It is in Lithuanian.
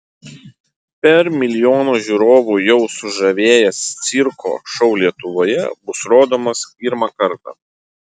per milijoną žiūrovų jau sužavėjęs cirko šou lietuvoje bus rodomas pirmą kartą